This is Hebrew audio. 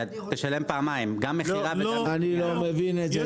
תשלם פעמיים גם מכירה -- אני לא מבין את זה,